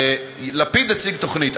לפיד הציג תוכנית,